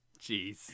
Jeez